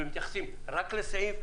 ומתייחסים רק לסעיף.